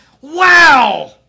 Wow